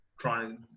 trying